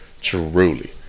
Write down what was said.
truly